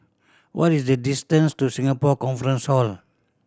what is the distance to Singapore Conference Hall